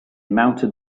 mounted